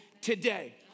today